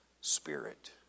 Spirit